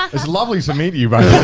ah it's lovely to meet you you by